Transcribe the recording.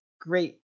great